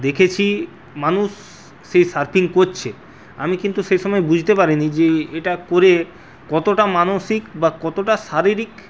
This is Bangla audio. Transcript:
দেখেছি মানুষ সেই সার্ফিং করছে আমি কিন্তু সেই সময় বুঝতে পারিনি যে এটা করে কতটা মানসিক বা কতটা শারীরিক